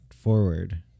forward